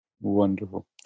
Wonderful